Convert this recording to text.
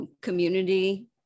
community